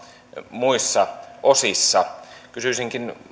muissa osissa kysyisinkin